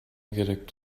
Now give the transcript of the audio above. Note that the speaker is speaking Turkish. gerek